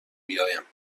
بیایم